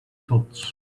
tools